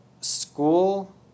School